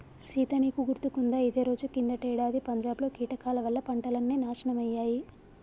సీత నీకు గుర్తుకుందా ఇదే రోజు కిందటేడాది పంజాబ్ లో కీటకాల వల్ల పంటలన్నీ నాశనమయ్యాయి